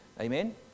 Amen